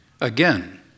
Again